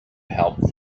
help